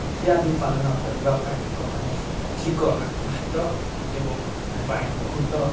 ଇତ୍ୟାଦି ପାଳନ କରିବା ପାଇଁ ଲୋକମାନେ ଅଧିକ ଆକୃଷ୍ଟ ଏବଂ ଏଥିପାଇଁ ବହୁତ